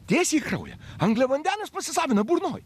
tiesiai į kraują angliavandenis pasisavina burnoj